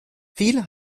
viele